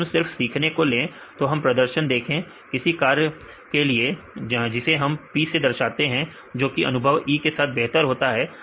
अगर हम सिर्फ सीखने समय देखें 1834 को ले और हम प्रदर्शन देखें किसी कार्य के लिए जिसे हम P से दर्शाते हैं जोकि अनुभव E के साथ बेहतर होता है